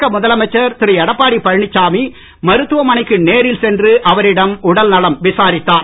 தமிழக முதலமைச்சர் திரு எடப்பாடி பழனிசாமி மருத்துவமனைக்கு நேரில் சென்று அவரிடம் உடல் நலம் விசாரித்தார்